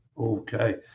Okay